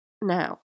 Now